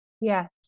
Yes